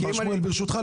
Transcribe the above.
ברשותך,